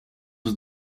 was